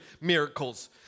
miracles